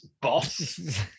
boss